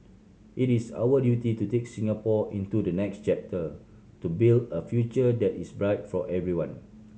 it is our duty to take Singapore into the next chapter to build a future that is bright for everyone